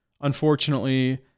unfortunately